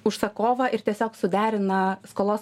užsakovą ir tiesiog suderina skolos